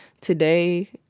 Today